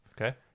Okay